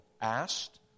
asked